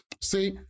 See